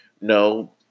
No